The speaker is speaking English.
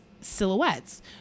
silhouettes